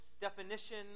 definition